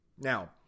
Now